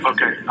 Okay